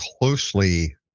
closely